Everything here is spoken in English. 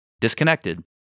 disconnected